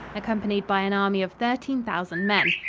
accompanied by an army of thirteen thousand men.